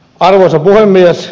arvoisa puhemies